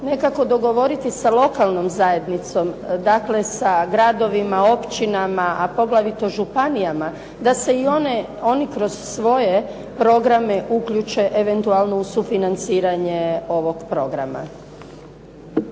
nekako dogovoriti sa lokalnom zajednicom, dakle sa gradovima, općinama a poglavito županijama da se oni kroz svoje programe uključe eventualno u sufinanciranje ovog programa.